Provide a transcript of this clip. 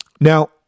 Now